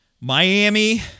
Miami